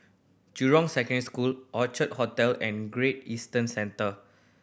Jurong Secondary School Orchard Hotel and Great Eastern Centre